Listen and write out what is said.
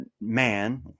man